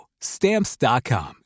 Stamps.com